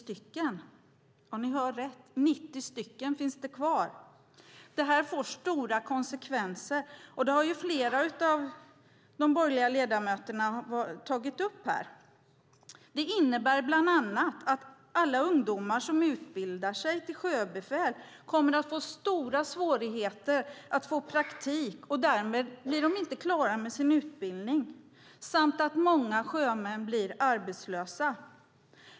Ja, ni hörde rätt, det finns 90 kvar. Detta får stora konsekvenser. Det har flera av de borgerliga ledamöterna tagit upp här. Det innebär bland annat att alla ungdomar som utbildar sig till sjöbefäl kommer att få stora svårigheter att få praktik och att de därmed inte blir klara med sin utbildning samt att många sjömän blir arbetslösa.